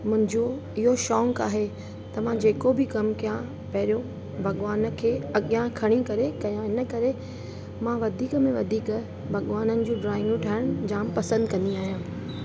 मुंहिंजो इहो शौक़ु आहे त मां जेको बि कमु कयां पहिरियों भॻवान खे अॻियां खणी करे कयां इनकरे मां वधीक में वधीक भॻवाननि जूं ड्रॉइंगू ठाहिण जाम पसंदि कंदी आहियां